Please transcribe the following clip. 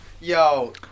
Yo